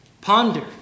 ponder